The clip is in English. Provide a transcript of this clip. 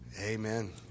Amen